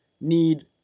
need